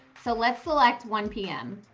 so let's select one pm.